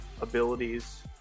Abilities